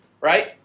right